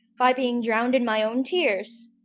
by being drowned in my own tears!